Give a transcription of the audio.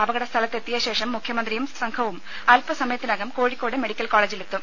അപകട സ്ഥലത്തെത്തിയ ശേഷം മുഖ്യമന്ത്രിയും സംഘവും അല്പസമയത്തിനകം കോഴിക്കോട് മെഡിക്കൽ കോളേജിലെത്തും